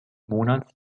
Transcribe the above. monats